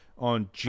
On